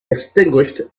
extinguished